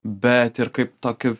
bet ir kaip tokį